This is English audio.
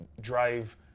drive